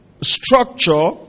structure